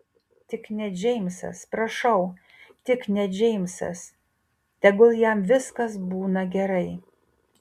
tik ne džeimsas prašau tik ne džeimsas tegul jam viskas būna gerai